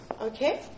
Okay